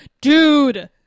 dude